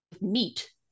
meat